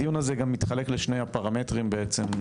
הדיון הזה גם מתחלק לשני הפרמטרים בעצם,